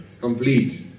Complete